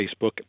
Facebook